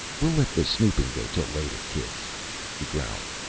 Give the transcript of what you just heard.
we'll let the snooping go till later, kids he growled.